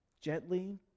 gently